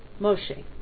Moshe